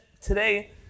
today